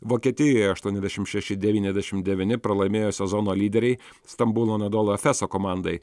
vokietijoje aštuoniasdešimt šeši devyniasdešimt devyni pralaimėjo sezono lyderei stambulo anadolu efes komandai